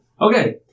Okay